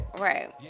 right